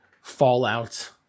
Fallout